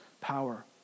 power